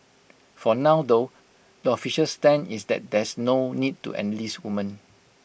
for now though the official stand is that there's no need to enlist women